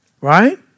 Right